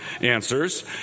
answers